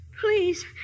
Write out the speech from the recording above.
please